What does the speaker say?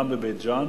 גם בבית-ג'ן.